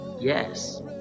yes